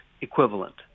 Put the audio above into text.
equivalent